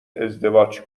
ازدواج